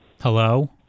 Hello